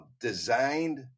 designed